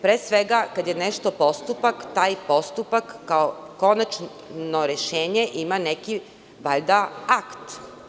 Pre svega, kada je nešto postupak, taj postupak kao konačno rešenje ima neki akt.